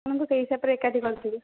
ସାଙ୍ଗମାନଙ୍କୁ ସେଇ ହିସାବରେ ଏକାଠି କରିଥିବି